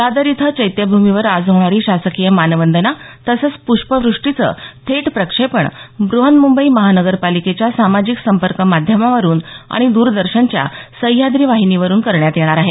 दादर इथं चैत्यभूमीवर आज होणारी शासकीय मानवंदना तसंच पुष्पवृष्टीचं थेट प्रक्षेपण ब्रहन्मुंबई महानगरपालिकेच्या सामाजिक संपर्क माध्यमावरून आणि द्रदर्शनच्या सह्याद्री वाहिनीवरुन करण्यात येणार आहे